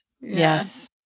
Yes